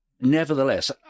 Nevertheless